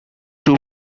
two